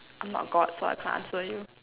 I'm not god so I can't answer you